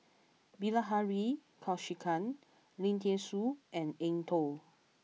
Bilahari Kausikan Lim Thean Soo and Eng Tow